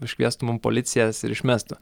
iškviestų mum policijas ir išmestų